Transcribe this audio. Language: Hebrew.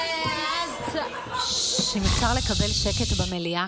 האם אפשר לקבל קצת שקט במליאה?